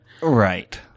Right